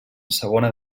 segona